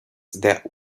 that